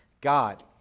God